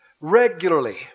regularly